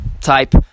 type